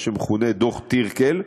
מה שמכונה דוח טירקל,